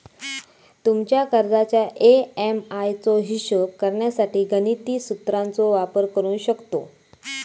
तुमच्या कर्जाच्या ए.एम.आय चो हिशोब करण्यासाठी गणिती सुत्राचो वापर करू शकतव